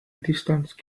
distance